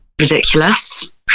Ridiculous